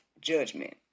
judgment